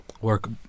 work